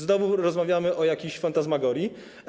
Znowu rozmawiamy o jakiejś fantasmagorii.